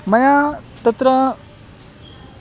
मया तत्र